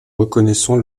reconnaissons